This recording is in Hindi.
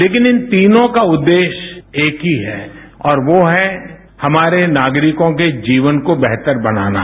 लेकिन इन तीनों का उद्देश्य एक ही है और वो है हमारे नागरिकों के जीवन को बेहतर बनाना